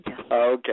Okay